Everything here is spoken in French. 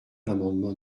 l’amendement